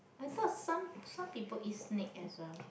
I thought some some people eat snake as well